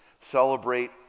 celebrate